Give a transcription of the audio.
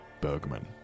Bergman